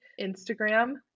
instagram